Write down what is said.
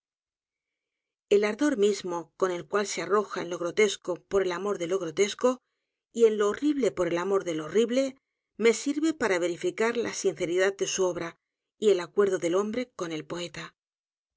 el ardor mismo con el eual se arroja en lo grotesco por el amor de lo grotesco y en lo horrible por el amor de lo horrible me sirve para verificar la sinceridad de su obra y el acuerdo del hombre con el poeta